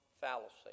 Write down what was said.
fallacy